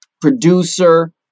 producer